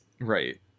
Right